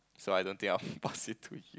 so I don't think I will pass it to you